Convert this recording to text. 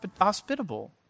hospitable